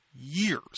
Years